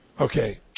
Okay